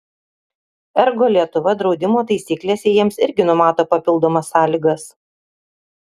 ergo lietuva draudimo taisyklėse jiems irgi numato papildomas sąlygas